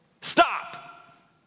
Stop